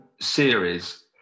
series